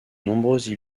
nombreuses